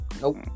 Nope